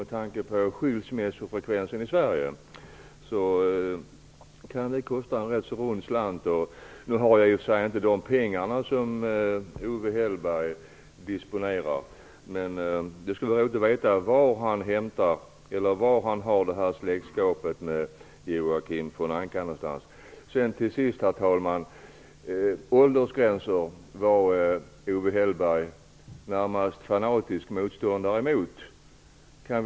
Med tanke på skilsmässofrekvensen i Sverige kan det kosta en rund slant. Jag har i och för sig inte de pengar som Owe Hellberg disponerar. Men det skulle vara roligt att veta vari hans släktskap med Joakim von Anka ligger. Herr talman! Owe Hellberg var en närmast fanatisk motståndare mot åldersgränser.